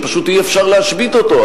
שפשוט אי-אפשר להשבית אותו.